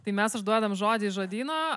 tai mes užduodam žodį iš žodyno